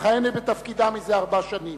מכהנת בתפקידה זה ארבע שנים,